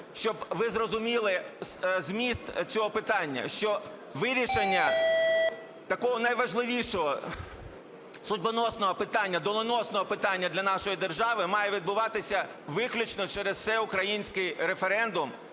щоб ви зрозуміли зміст цього питання, що вирішення такого найважливішого доленосного питання для нашої держави має відбуватися виключно через всеукраїнський референдум.